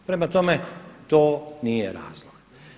Prema tome, to nije razlog.